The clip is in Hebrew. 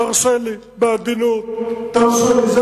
תרשה לי, בעדינות, תרשה לי.